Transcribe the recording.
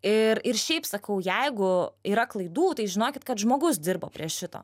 ir ir šiaip sakau jeigu yra klaidų tai žinokit kad žmogus dirbo prie šito